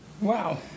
Wow